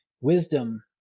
wisdom